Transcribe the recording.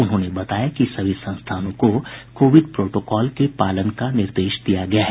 उन्होंने बताया कि सभी संस्थानों को कोविड प्रोटोकॉल के पालन का निर्देश दिया गया है